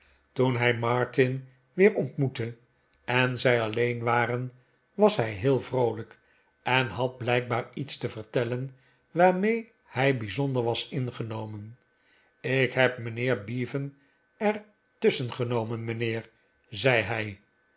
toen hij martin weer ontmoette en zij alleen war en was hij heel vroolijk en had blijkbaar iets te vertellen waarmee hij bijzonder was ingenomen ik heb mijnheer bevan er tusschen genomen mijnheer zei hij